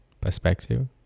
perspective